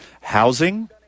housing